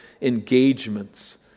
engagements